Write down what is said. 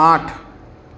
આઠ